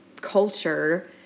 culture